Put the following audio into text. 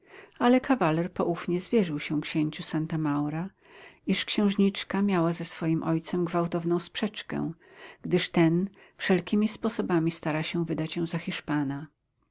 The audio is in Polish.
ale kawaler poufnie zwierzył się księciu santa maura iż księżniczka miała ze swym ojcem gwałtowną sprzeczkę gdyż ten wszelkimi sposobami stara się wydać ją za hiszpana